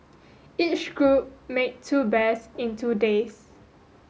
each group made two bears in two days